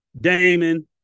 Damon